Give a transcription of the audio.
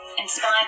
Inspired